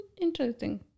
Interesting